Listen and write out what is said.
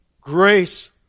grace